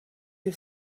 you